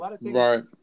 Right